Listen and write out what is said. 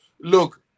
Look